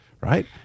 right